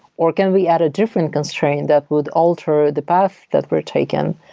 or can we add a different constraint that would alter the path that we're taken?